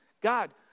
God